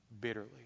bitterly